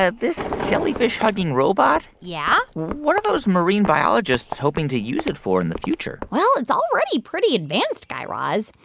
ah this jellyfish-hugging robot. yeah. what are those marine biologists hoping to use it for in the future well, it's already pretty advanced, guy raz.